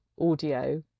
audio